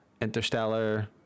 Interstellar